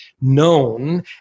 known